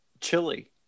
chili